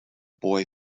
boy